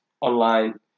online